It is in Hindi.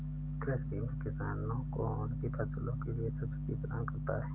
कृषि बीमा किसानों को उनकी फसलों के लिए सब्सिडी प्रदान करता है